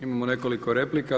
Imamo nekoliko replika.